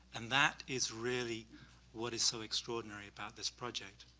and that is really what is so extraordinary about this project,